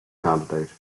candidate